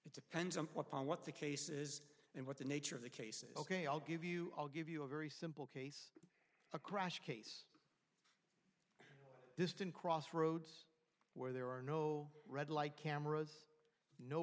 it depends on what on what the case is and what the nature of the case is ok i'll give you i'll give you a very simple a crash case distant crossroads where there are no red light cameras no